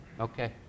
Okay